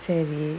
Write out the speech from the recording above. sorry